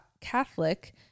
Catholic